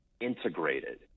integrated